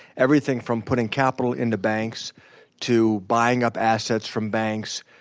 everything from putting capital into banks to buying up assets from banks,